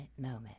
Moment